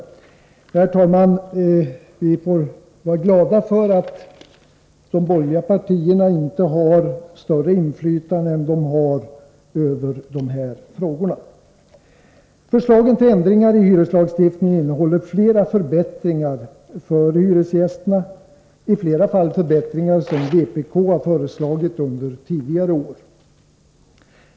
Vi får vara glada för att de borgerliga partierna inte har större inflytande än de har i dessa frågor. Herr talman! Förslagen till ändringar i hyreslagstiftningen innehåller flera förbättringar för hyresgästerna, i flera fall förbättringar som vpk har föreslagit tidigare år.